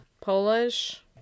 Polish